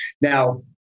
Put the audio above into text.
Now